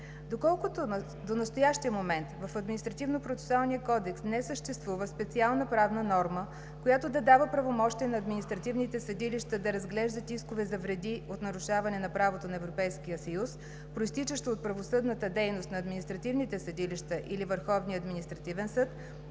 Доколкото до настоящия момент в Административнопроцесуалния кодекс не съществува специална правна норма, която да дава правомощие на административните съдилища да разглеждат искове за вреди от нарушаване на правото на Европейския съюз, произтичащо от правосъдната дейност на административните съдилища или